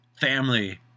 Family